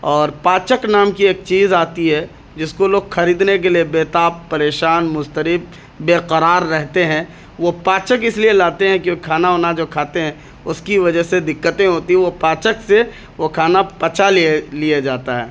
اور پاچک نام کی ایک چیز آتی ہے جس کو لوگ خریدنے کے لیے بےتاب پریشان مضطرب بےقرار رہتے ہیں وہ پاچک اس لیے لاتے ہیں کیونکہ کھانا اونا جو کھاتے ہیں اس کی وجہ سے دقتیں ہوتی ہیں وہ پاچک سے وہ کھانا پچا لیے لیا جاتا ہے